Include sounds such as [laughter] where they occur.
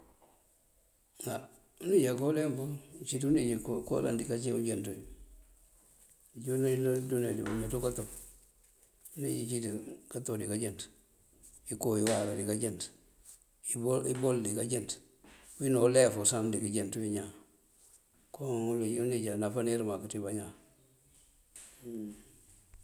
Á uníj aká uleemp uwul. Uncíiţ uníj koo uloŋ diká cí unjënţ uwí. Uncí unú dúundo uleemp [noise] ţí báameeţú káto, uníj cíinţ, káto diká jënţ. Inko waneŋ [noise] diká jënţ, [hesitation] ibol diká jënţ, wí ulef sá diká jënţ wí ñaan. Koon uníj anáfánir mak ţí bañaan. [hesitation]